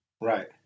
Right